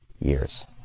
years